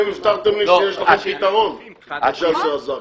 אתם הבטחתם לי שיש לכם פתרון על ג'סר אל-זרקא,